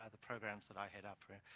ah the programs that i head up,